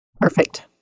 Perfect